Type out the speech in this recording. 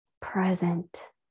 present